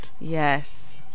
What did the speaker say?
Yes